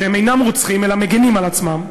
שהם אינם רוצחים אלא מגינים על עצמם.